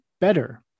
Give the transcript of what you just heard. better